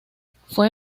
fue